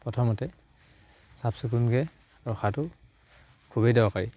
প্ৰথমতে চাফ চিকুণকে ৰখাটো খুবেই দৰকাৰী